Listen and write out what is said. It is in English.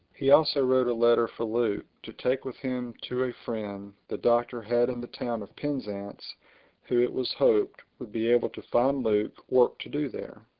he also wrote a letter for luke to take with him to a friend the doctor had in the town of penzance who, it was hoped, would be able to find luke work to do there.